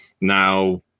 Now